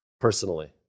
personally